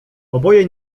oboje